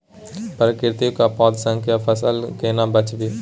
प्राकृतिक आपदा सं फसल केना बचावी?